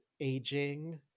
aging